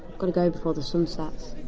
and go before the sun sets.